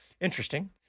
Interesting